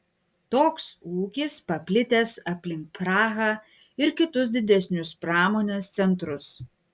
toks ūkis paplitęs aplink prahą ir kitus didesnius pramonės centrus